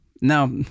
Now